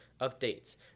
updates